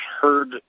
heard